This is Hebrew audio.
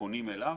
פונים אליו.